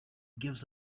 gives